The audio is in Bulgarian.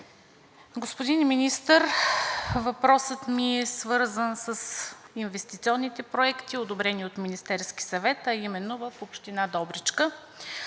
Господин Министър, въпросът ми е свързан с инвестиционните проекти, одобрени от Министерския съвет, а именно в община Добричка.